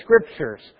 Scriptures